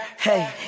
Hey